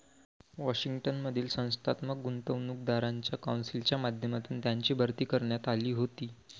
Washington मधील संस्थात्मक गुंतवणूकदारांच्या कौन्सिलच्या माध्यमातून त्यांची भरती करण्यात आली होती